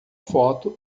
foto